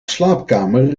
slaapkamer